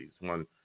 one